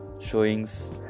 showings